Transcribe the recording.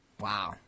wow